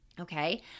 okay